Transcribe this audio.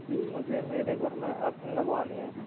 जी मुझे मेरे घर में अर्थिंग लगवानी है